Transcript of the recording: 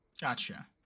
Gotcha